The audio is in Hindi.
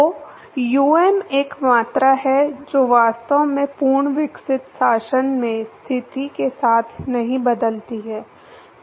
तो um एक मात्रा है जो वास्तव में पूर्ण विकसित शासन में स्थिति बाद के साथ नहीं बदलती है